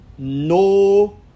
No